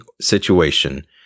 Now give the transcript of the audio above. situation